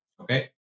Okay